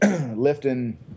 lifting